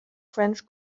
french